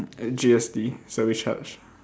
add G_S_T service charge